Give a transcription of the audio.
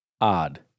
odd